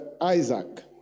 Isaac